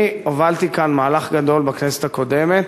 אני הובלתי כאן מהלך גדול בכנסת הקודמת,